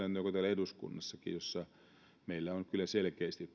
samaa käytäntöä kuin täällä eduskunnassakin jossa meillä on nyt kyllä selkeästi